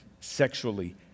sexually